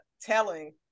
telling